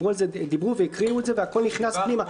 דיברו והקריאו את זה, והכול נכנס פנימה.